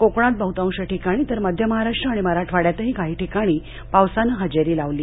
कोकणात बहतांश ठिकाणी तर मध्य महाराष्ट्र आणि मराठवाङ्यातही काही ठिकाणी पावसानं हजेरी लावली